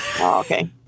okay